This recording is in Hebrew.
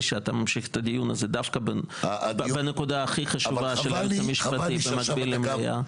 שאתה ממשיך את הדיון הזה דווקא בנקודה של היועץ המשפטי במקביל למליאה.